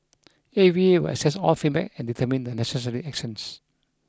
A V A will assess all feedback and determine the necessary actions